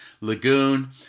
lagoon